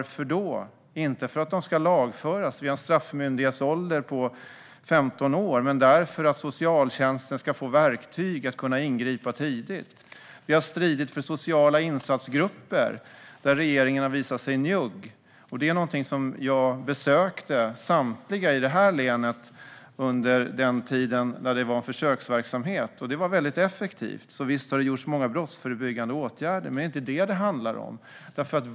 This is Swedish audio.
Man gjorde det inte för att de ska lagföras - vi har en straffmyndighetsålder på 15 år - utan för att socialtjänsten ska få verktyg för att kunna ingripa tidigt. Vi har stridit för sociala insatsgrupper, där regeringen har visat sig njugg. Jag besökte samtliga sociala insatsgrupper i detta län under den tid då det var en försöksverksamhet med sociala insatsgrupper. Det var mycket effektivt. Så visst har det vidtagits många brottsförebyggande åtgärder. Men det är inte det som det handlar om.